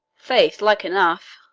faith, like enough.